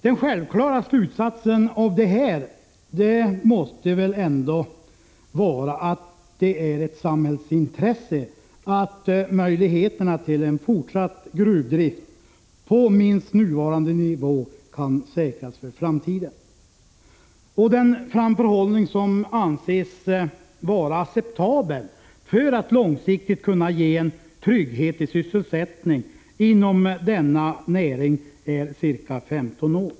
Den självklara slutsatsen av detta blir att det måste vara ett samhällsintresse att möjligheterna till en fortsatt gruvdrift på minst nuvarande nivå kan säkras för framtiden. Den framförhållning som anses vara acceptabel för att långsiktigt kunna ge en trygghet i sysselsättning inom denna näring är ca 15 år.